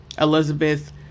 Elizabeth